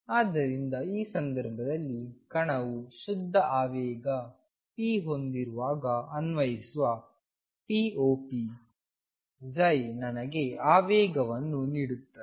ಆದ್ದರಿಂದ ಈ ಸಂದರ್ಭದಲ್ಲಿ ಕಣವು ಶುದ್ಧ ಆವೇಗ p ಹೊಂದಿರುವಾಗ ಅನ್ವಯಿಸುವ pop ನನಗೆ ಆ ಆವೇಗವನ್ನು ನೀಡುತ್ತದೆ